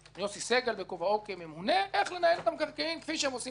סגל בכובעו כממונה איך לנהל את המקרעין כפי שהם עושים תמיד.